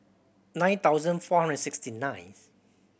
nine thousand four hundred and sixty nineth